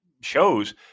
shows